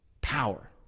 power